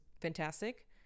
fantastic